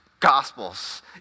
Gospels